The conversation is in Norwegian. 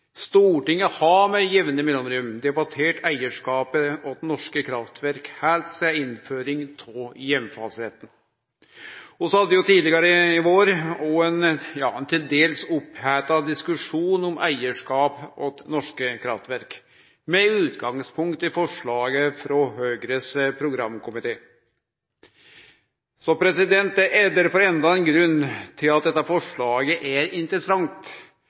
Stortinget har med jamne mellomrom debattert eigarskapet til norske kraftverk heilt sidan innføringa av heimfallsretten. Vi hadde tidlegare i vår òg ein til dels oppheta diskusjon om eigarskap til norske kraftverk med utgangspunkt i forslaget frå Høgre sin programkomité. Det er derfor enda ein grunn til at dette forslaget er interessant.